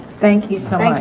thank you so